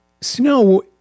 Snow